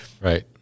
Right